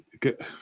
get